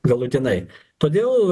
galutinai todėl